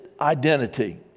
identity